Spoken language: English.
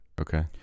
Okay